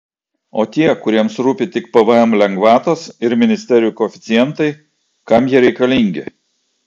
o tie kuriems rūpi tik pvm lengvatos ir ministerijų koeficientai kam jie reikalingi